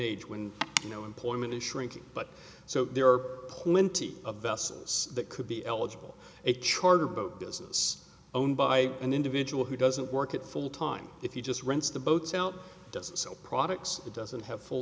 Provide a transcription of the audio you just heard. age when you know mint is shrinking but so there are plenty of vessels that could be eligible a charter boat business owned by an individual who doesn't work at full time if you just rents the boats out doesn't sell products doesn't have full